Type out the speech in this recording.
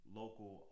local